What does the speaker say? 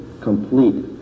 complete